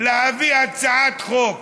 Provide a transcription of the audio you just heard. להביא הצעת חוק